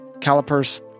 calipers